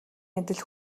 адил